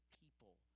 people